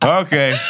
okay